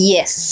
Yes